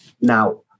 now